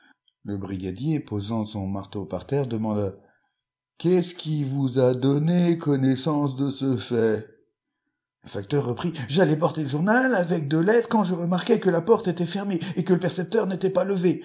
le brigadier posant son marteau par terre demanda qu'est-ce qui vous a donné connaissance de ce fait le facteur reprit j'allais porter le journal avec deux lettres quand je remarquai que la porte était fermée et que le percepteur n'était pas levé